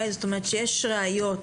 כלומר שיש ראיות